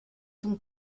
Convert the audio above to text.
ton